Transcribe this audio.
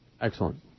Excellent